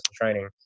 training